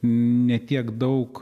ne tiek daug